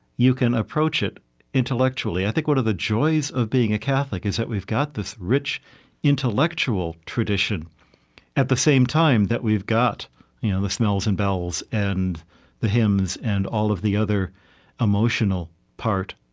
you can approach it intellectually. i think one of the joys of being a catholic is that we've got this rich intellectual tradition at the same time that we've got you know the smells and bells, and the hymns and all of the other emotional part,